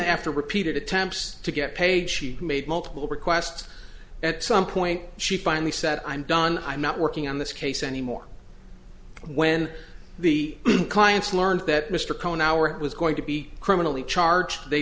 after repeated attempts to get paid she made multiple requests at some point she finally said i'm done i'm not working on this case anymore when the clients learned that mr cohen our it was going to be criminally charged they